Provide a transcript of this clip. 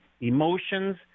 emotions